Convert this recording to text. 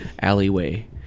alleyway